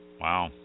Wow